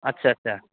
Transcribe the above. आत्सा आत्सा